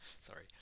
Sorry